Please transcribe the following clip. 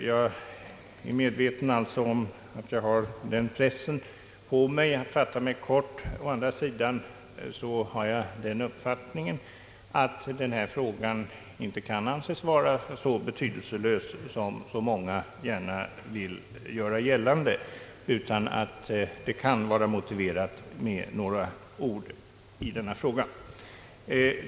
Jag är alltså medveten om att jag har press på mig att fatta mig kort, men jag har den uppfattningeri att denna fråga inte kan anses vara så betydelselös som många gärna vill göra gällande, utan det kan vara motiverat med några ord.